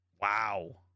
Wow